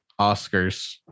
Oscars